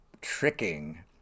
tricking